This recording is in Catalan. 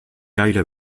gaire